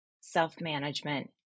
self-management